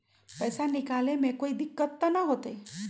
पैसा निकाले में कोई दिक्कत त न होतई?